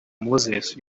moses